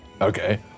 Okay